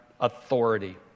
authority